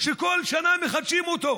שכל שנה מחדשים אותו.